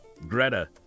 Greta